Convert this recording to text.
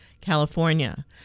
California